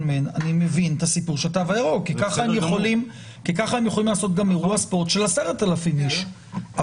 מן כי כך הם יכולים לעשות גם אירוע ספורט של 10,000 איש,